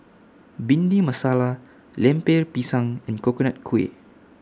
Bhindi Masala Lemper Pisang and Coconut Kuih